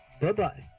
Bye-bye